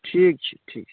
ठीक छै ठीक छै